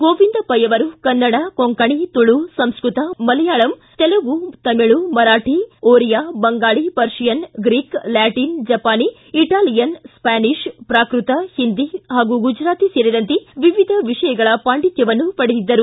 ಗೋವಿಂದ ಪೈ ಅವರು Kannada Konkani Tulu Sanskrit Malayalam Telugu Tamil Marathi Oriya Bengali Persian Greek Latin ಜಪಾನಿ Italian Spanish Prakrit Hindi ಪಾಗೂ ಗುಜರಾತಿ ಸೇರಿದಂತೆ ವಿವಿಧ ವಿಷಯಗಳ ಪಾಂಡಿತ್ಯವನ್ನು ಪಡೆದಿದ್ದರು